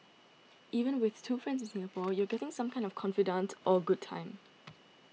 even with two friends in Singapore you're getting some kind of a confidante or a good time